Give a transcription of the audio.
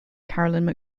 caroline